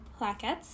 plaquettes